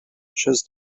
chose